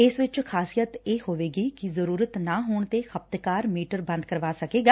ਇਸ ਵਿਚ ਖ਼ਾਸੀਅਤ ਇਹ ਹੋਵੇਗੀ ਕਿ ਜ਼ਰੁਰਤ ਨਾ ਹੋਣ ਤੇ ਖ਼ਪਤਕਾਰ ਮੀਟਰ ਬੰਦ ਕਰਵਾ ਸਕੇਗਾ